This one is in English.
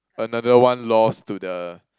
another one lost to the